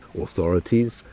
Authorities